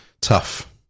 tough